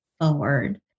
forward